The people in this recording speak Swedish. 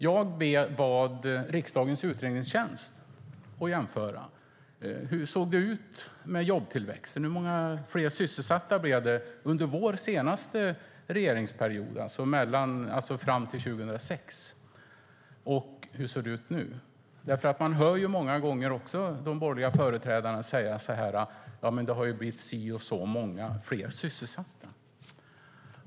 Jag bad riksdagens utredningstjänst att jämföra hur det såg ut med jobbtillväxten, hur många fler som var sysselsatta under vår senaste regeringsperiod, alltså fram till 2006, och hur det ser ut nu, för vi hör ju många gånger de borgerliga företrädarna säga att det har blivit si och så många fler sysselsatta.